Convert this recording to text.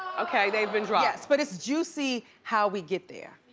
okay, they've been dropped. but its juicy how we get there.